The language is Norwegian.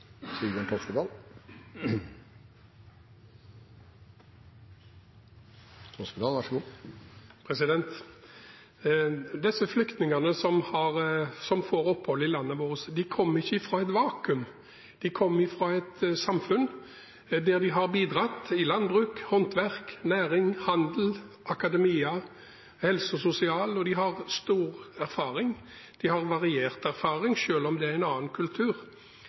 Disse flyktningene som får opphold i landet vårt, kommer ikke fra et vakuum, de kommer fra et samfunn der de har bidratt når det gjelder landbruk, håndverk, næring, handel, akademia, helse- og sosialfeltet, og de har stor erfaring, de har variert erfaring, selv om det er en annen kultur.